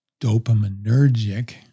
dopaminergic